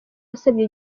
bisebya